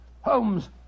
Holmes